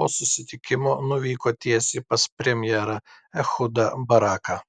po susitikimo nuvyko tiesiai pas premjerą ehudą baraką